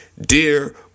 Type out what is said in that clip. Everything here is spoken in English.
dear